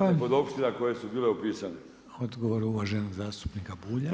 nepodobština koje su bile upisane.